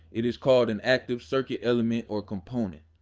it is called an active circuit element or component.